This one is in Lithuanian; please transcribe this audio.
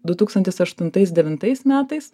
du tūkstantis aštuntais devintais metais